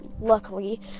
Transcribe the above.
Luckily